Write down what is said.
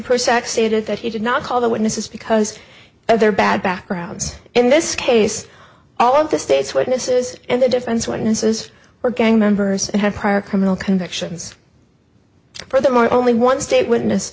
prosek stated that he did not call the witnesses because of their bad backgrounds in this case all of the state's witnesses and the defense witnesses were gang members had prior criminal convictions for them or only one state witness